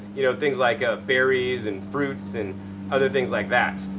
you know, things like ah berries and fruits and other things like that.